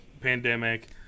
pandemic